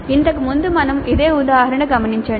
ఇంతకుముందు మనకు ఇదే ఉదాహరణ గమనించండి